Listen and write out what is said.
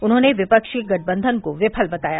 उन्होंने विपक्ष के गठबंधन को विफल बताया